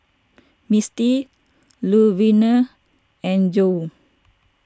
Misti Luverner and Joe